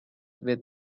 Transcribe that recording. with